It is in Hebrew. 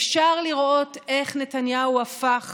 אפשר לראות איך נתניהו הפך